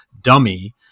dummy